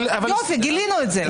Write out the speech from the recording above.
יופי, גילינו את זה.